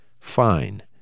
fine